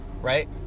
right